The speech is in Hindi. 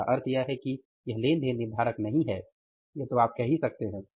इसका अर्थ यह है कि यह लेनदेन निर्धारक नहीं है यह तो आप कह ही सकते है